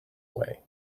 away